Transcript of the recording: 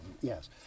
yes